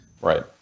Right